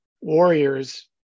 Warriors